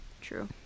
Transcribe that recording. true